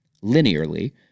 linearly